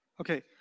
Okay